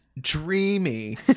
dreamy